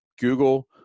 Google